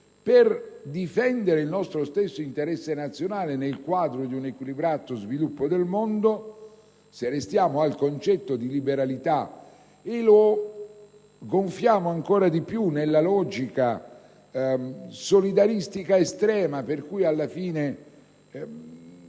e difendere il nostro stesso interesse nazionale nel quadro di un equilibrato sviluppo del mondo; restiamo al concetto di liberalità e lo gonfiamo ancor di più nella logica solidaristica estrema, per cui alla fine